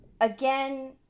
Again